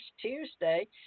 Tuesday